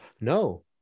No